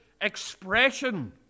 expression